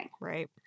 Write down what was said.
Right